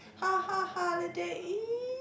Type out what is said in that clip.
ha ha holiday !ee!